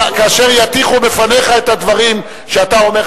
כאשר יטיחו בפניך את הדברים שאתה אומר,